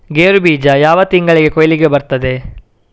ಗೇರು ಬೀಜ ಯಾವ ತಿಂಗಳಲ್ಲಿ ಕೊಯ್ಲಿಗೆ ಬರ್ತದೆ?